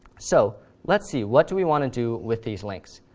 so let's see, what do we want to do with these links?